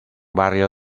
barrio